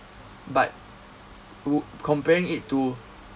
but wou~ comparing it to